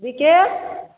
बिकेट